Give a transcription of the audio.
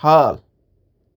چِھ کران۔